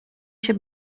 się